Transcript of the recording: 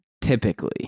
typically